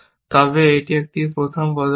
তবে এটি একটি প্রথম পদক্ষেপ